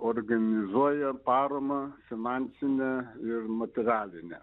organizuoja paramą finansinę ir materialinę